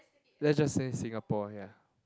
let's just say Singapore ya